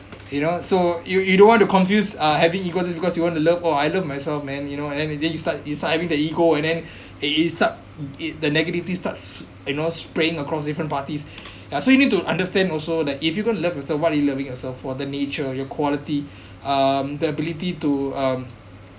you know so you you don't want to confused uh having ego this because you want to love oh I love myself man you know and then then you start you start having the ego and then it it start it the negativity starts you know spraying across different parties ya so you need to understand also that if you going to love yourself what are you loving yourself for the nature your quality um the ability to um